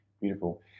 Beautiful